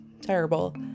terrible